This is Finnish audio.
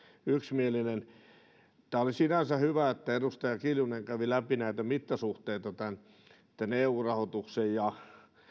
yksimielinen tämä oli sinänsä hyvä että edustaja kiljunen kävi läpi näitä mittasuhteita tämän eu rahoituksen ja